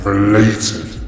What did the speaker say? related